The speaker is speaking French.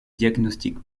diagnostic